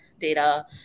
data